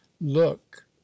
look